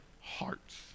hearts